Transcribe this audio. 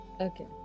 Okay